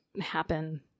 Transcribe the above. happen